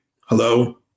hello